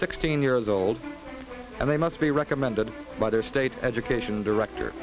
sixteen years old and they must be recommended by their state education director